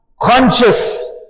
conscious